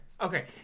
Okay